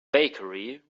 bakery